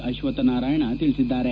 ಅಶ್ವತ್ತ ನಾರಾಯಣ್ ತಿಳಿಸಿದ್ದಾರೆ